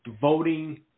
voting